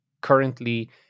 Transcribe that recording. currently